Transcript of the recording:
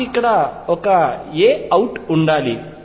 నాకు ఇక్కడ ఒక a అవుట్ ఉండాలి